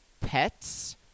pets